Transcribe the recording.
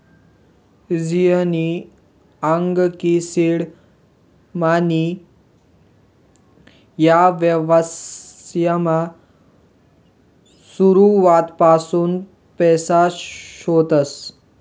ईजयनी सांग की सीड मनी ह्या व्यवसायमा सुरुवातपासून पैसा शेतस